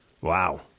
Wow